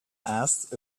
asked